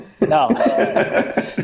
No